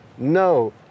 No